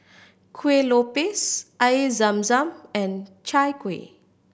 Kueh Lopes Air Zam Zam and Chai Kueh